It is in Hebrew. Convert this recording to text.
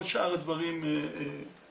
כל שאר הדברים מוסדרים.